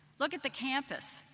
look at the campus,